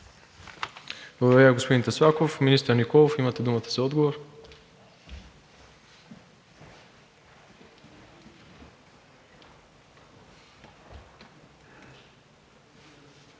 Благодаря Ви, господин Таслаков. Министър Николов, имате думата за отговор.